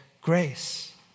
grace